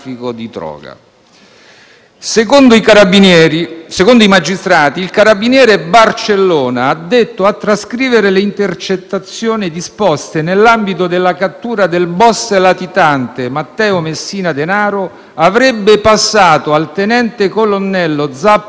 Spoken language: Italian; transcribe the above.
per traffico di droga. Secondo i magistrati, il carabiniere Barcellona, addetto a trascrivere le intercettazioni disposte nell'ambito della cattura del boss latitante Matteo Messina Denaro, avrebbe passato al tenente colonnello Zappalà